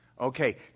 Okay